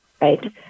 right